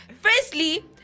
Firstly